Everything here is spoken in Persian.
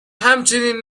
همچنین